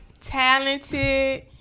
talented